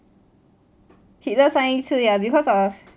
hitler 上一次 ya because of